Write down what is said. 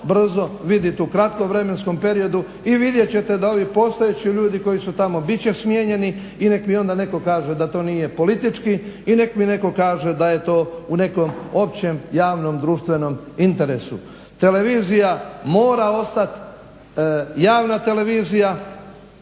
brzo vidjet u kratkom vremenskom periodu i vidjet ćete da ovi postojeći ljudi koji su tamo bit će smijenjeni i nek mi onda netko kaže da to nije politički i nek mi netko kaže da je to u nekom općem javnom društvenom interesu. Televizija mora ostat javna televizija